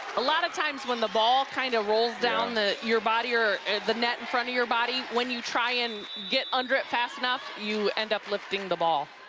a lot of times when the ball kind of rolls down your body or the net in front of your body, when you try and get under it fast enough, you end up lifting the ball.